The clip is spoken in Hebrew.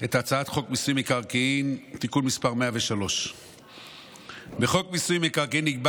את הצעת חוק מיסוי מקרקעין (תיקון מס' 103). בחוק מיסוי מקרקעין נקבע